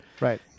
Right